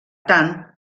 tant